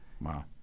Wow